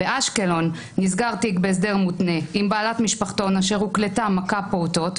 באשקלון נסגר תיק בהסדר מותנה עם בעלת משפחתון אשר הוקלטה מכה פעוטות,